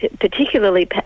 particularly